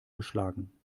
geschlagen